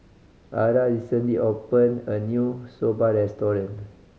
Arah recently opened a new Soba restaurant